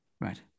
Right